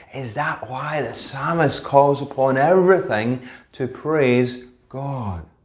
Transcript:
is that why the psalmist calls upon everything to praise god?